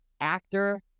actor